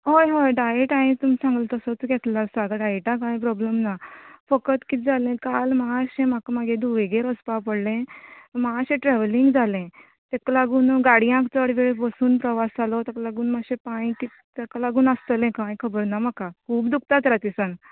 होय होय डायट हांवेन तुम्ही सांगला तसोच घेतला आसा डायटा कांय प्रॉब्लेम ना फकत कितें जालें काल म्हाका मातशें म्हागे धुयेगेर वचपा पडले मातशे ट्रेवलींग जालें तेक लागून गाडीयात चड वेळ बसून प्रवास जालो तेका लागून मातशें पाय किट तेका लागून आसतले कळ्ळें कांय खबर ना म्हाका खूब दुखतात रातीसान